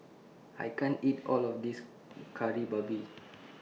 I can't eat All of This Kari Babi